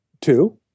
Two